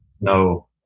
No